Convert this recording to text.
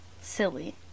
silly